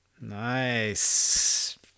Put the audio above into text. Nice